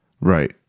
Right